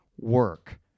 work